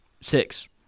Six